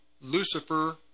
Lucifer